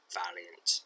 valiant